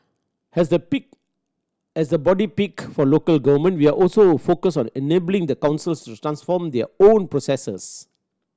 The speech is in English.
as the peak as the body peak for local government we're also focused on enabling the councils to transform their own processes